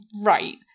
Right